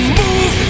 move